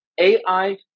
AI